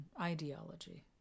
ideology